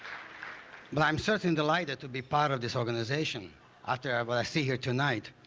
but i'm certainly delighted to be part of this organization after what i see here tonight.